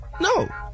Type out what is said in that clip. No